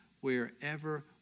wherever